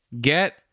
Get